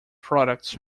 products